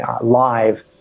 live